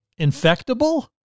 infectable